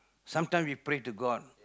sometimes we pray to god